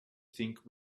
think